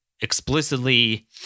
explicitly